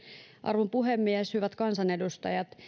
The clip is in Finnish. arvon puhemies hyvät kansanedustajat